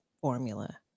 formula